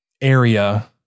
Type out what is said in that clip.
area